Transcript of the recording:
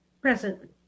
Present